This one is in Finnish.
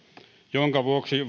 minkä vuoksi